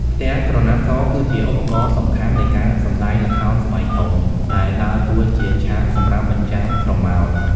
ផ្ទាំងក្រណាត់ស គឺជាឧបករណ៍សំខាន់នៃការសម្តែងល្ខោនស្បែកធំ ដែលដើរតួជាឆាកសម្រាប់បញ្ចាំងស្រមោល។